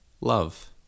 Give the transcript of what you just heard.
love